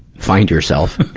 find yourself.